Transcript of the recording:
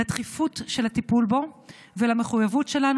לדחיפות של הטיפול בו ולמחויבות שלנו